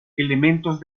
elementos